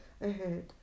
ahead